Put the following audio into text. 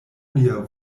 lia